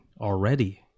already